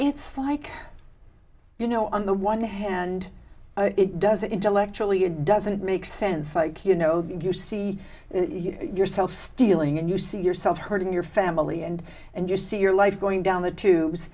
it's like you know on the one hand it does it intellectually it doesn't make sense like you know that you see yourself stealing and you see yourself hurting your family and and you see your life going down the tubes